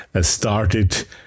started